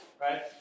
right